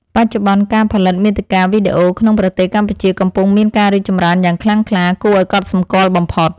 បច្ចុប្បន្ន ការផលិតមាតិកាវីដេអូក្នុងប្រទេសកម្ពុជាកំពុងមានការរីកចម្រើនយ៉ាងខ្លាំងក្លាគួរឱ្យកត់សម្គាល់បំផុត។